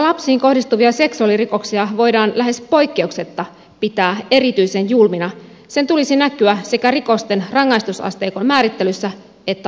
lapsiin kohdistuvia seksuaalirikoksia voidaan lähes poikkeuksetta pitää erityisen julmina ja sen tulisi näkyä sekä rikosten rangaistusasteikon määrittelyssä että oikeuskäytännöissä